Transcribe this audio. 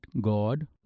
God